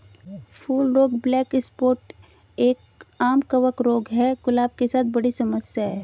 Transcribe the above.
फूल रोग black spot एक, आम कवक रोग है, गुलाब के साथ बड़ी समस्या है